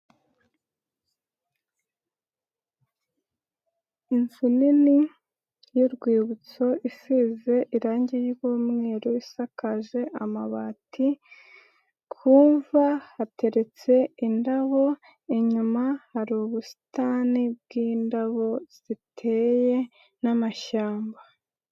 Inzu nini y'urwibutso isize irangi ry'umweru isakaje amabati, ku mva hateretse indabo, inyuma hari ubusitani bw'indabo ziteye n'amashyamba.